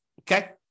Okay